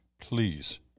please